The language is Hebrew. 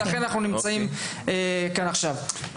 לכן אנחנו נמצאים כאן עכשיו.